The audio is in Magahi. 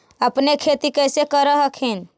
अपने खेती कैसे कर हखिन?